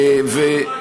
זה לא מה